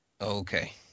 Okay